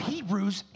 Hebrews